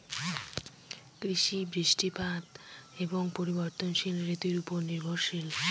কৃষি বৃষ্টিপাত এবং পরিবর্তনশীল ঋতুর উপর নির্ভরশীল